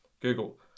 Google